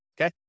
okay